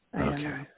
Okay